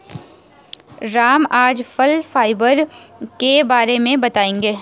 राम आज फल फाइबर के बारे में बताएँगे